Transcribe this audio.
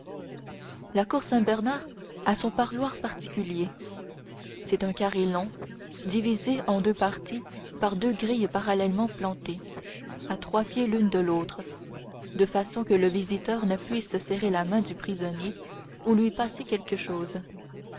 la cour saint-bernard a son parloir particulier c'est un carré long divisé en deux parties par deux grilles parallèlement plantées à trois pieds l'une de l'autre de façon que le visiteur ne puisse serrer la main du prisonnier ou lui passer quelque chose